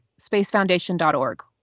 spacefoundation.org